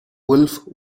wolfe